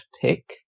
pick